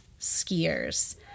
skiers